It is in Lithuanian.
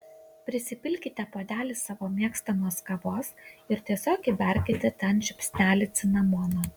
prisipilkite puodelį savo mėgstamos kavos ir tiesiog įberkite ten žiupsnelį cinamono